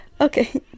Okay